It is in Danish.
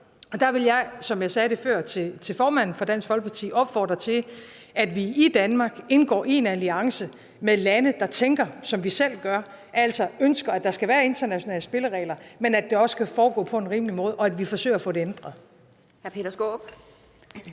Der vil jeg, som jeg sagde det før til formanden for Dansk Folkeparti, opfordre til, at vi i Danmark indgår en alliance med lande, der tænker, som vi selv gør, altså ønsker, at der skal være internationale spilleregler, men at det skal foregå på en rimelig måde, og at vi forsøger at få det ændret.